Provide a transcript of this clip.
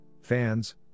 fans